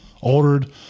ordered